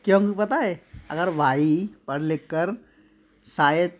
क्योंकि पता है अगर भाई पढ़ लिख कर शायद